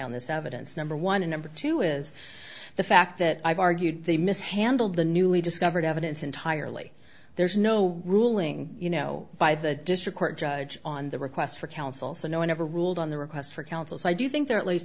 on this evidence number one and number two is the fact that i've argued they mishandled the newly discovered evidence entirely there's no ruling you know by the district court judge on the request for counsel so no one ever ruled on the request for counsel so i do think there are at least